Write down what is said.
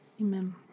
Amen